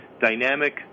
dynamic